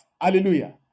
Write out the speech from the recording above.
Hallelujah